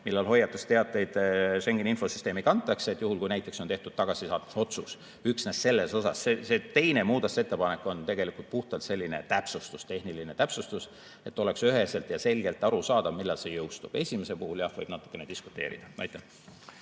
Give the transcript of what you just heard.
millal hoiatusteateid Schengeni infosüsteemi kantakse, juhul kui näiteks on tehtud tagasisaatmisotsus. Üksnes selles osas. Teine muudatusettepanek on puhtalt täpsustus, tehniline täpsustus, et oleks üheselt ja selgelt arusaadav, millal see jõustub. Esimesel puhul, jah, võib natukene diskuteerida. Aitäh,